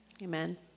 Amen